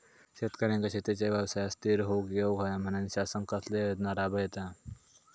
शेतकऱ्यांका शेतीच्या व्यवसायात स्थिर होवुक येऊक होया म्हणान शासन कसले योजना राबयता?